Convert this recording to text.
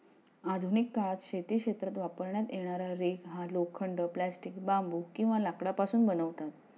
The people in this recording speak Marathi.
आधुनिक काळात शेती क्षेत्रात वापरण्यात येणारा रेक हा लोखंड, प्लास्टिक, बांबू किंवा लाकडापासून बनवतात